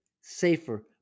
safer